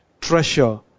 Treasure